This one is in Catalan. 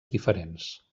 diferents